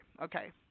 Okay